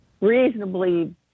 reasonably